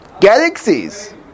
galaxies